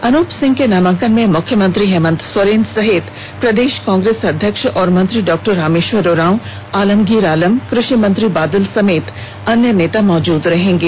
अनूप सिंह के नामांकन में मुख्यमंत्री हेमंत सोरेन सहित प्रदेश कांग्रेस अध्यक्ष और मंत्री डॉ रामेश्वर उराव आलमगीर आलम कृषि मंत्री बादल समेत अन्य नेता मौजूद रहेगे